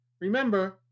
Remember